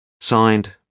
Signed